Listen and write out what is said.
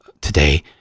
today